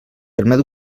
permet